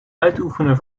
uitoefenen